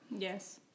Yes